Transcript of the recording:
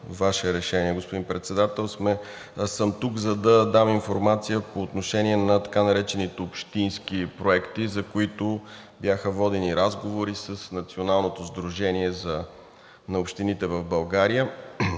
Ваше решение, господин Председател, съм тук, за да дам информация по отношение на така наречените общински проекти, за които бяха водени разговори с Националното сдружение на общините в България,